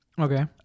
Okay